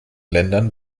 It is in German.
ländern